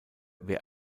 wer